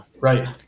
right